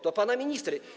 To pana minister.